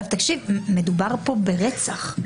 תקשיב, מדובר כאן ברצח.